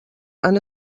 han